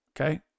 okay